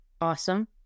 Awesome